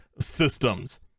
systems